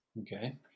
Okay